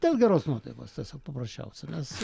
dėl geros nuotaikos tiesiog paprasčiausia nes